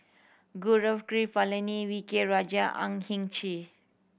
Gaurav Kripalani V K Rajah Ang Hin Kee